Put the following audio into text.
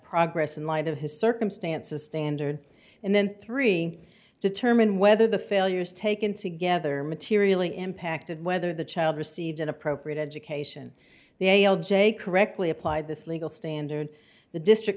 progress in light of his circumstances standard and then three determine whether the failures taken together materially impacted whether the child received an appropriate education the a l j correctly applied this legal standard the district